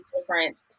difference